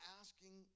asking